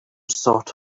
sort